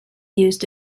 used